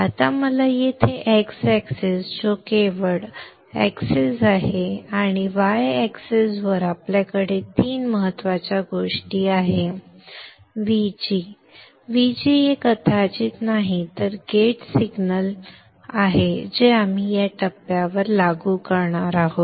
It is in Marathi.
आता मला येथे x अक्ष जो वेळ अक्ष आहे आणि y अक्षावर आपल्याकडे तीन महत्त्वाच्या गोष्टी आहेत Vg Vg हे काहीच नाही तर गेट सिग्नल जे आपण या टप्प्यावर लागू करणार आहोत